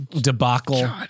debacle